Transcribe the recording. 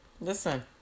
Listen